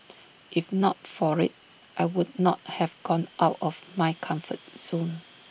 if not for IT I would not have gone out of my comfort zone